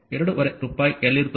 5 ರೂಪಾಯಿಯಲ್ಲಿರುತ್ತದೆ